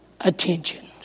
attention